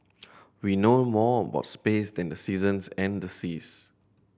we know more about space than the seasons and the seas